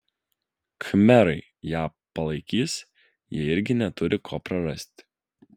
khmerai ją palaikys jie irgi neturi ko prarasti